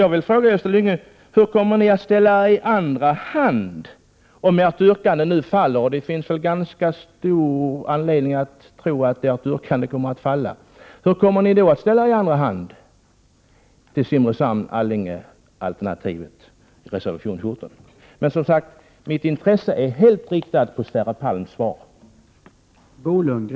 Jag vill fråga Gösta Lyngå hur ni kommer att ställa er i andra hand, om ert yrkande faller? Det finns väl ganska stor anledning att tro att ert yrkande kommer att göra det. Hur kommer ni att ställa er till Simrishamn-Allinge-alternativet i reservation 14? Men, som sagt, mitt intresse är helt inriktat på Sverre Palms svar.